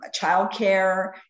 Childcare